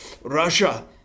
Russia